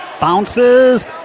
bounces